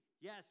Yes